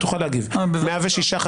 לא מספיק הריסה ואטימה של הבתים.